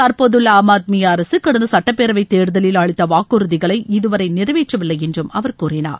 தற்போதுள்ள ஆம் ஆத்மி அரசு கடந்த சட்டப்பேரவைத் தேர்தலில் அளித்த வாக்குறுதிகளை இதுவரை நிறைவேற்றவில்லை என்றும் அவர் கூறினார்